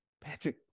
Patrick